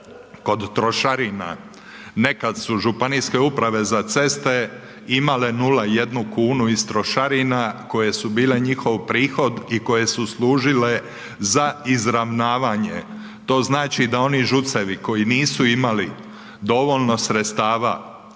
Kod trošarina nekad su županijske uprave za ceste imale 0,1 kunu iz trošarina koje su bile njihov prihod i koje su služile za izravnavanje. To znači da oni ŽUC-evi koji nisu imali dovoljno sredstava